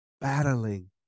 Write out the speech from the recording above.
battling